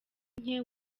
nke